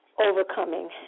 Overcoming